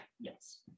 yes